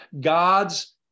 God's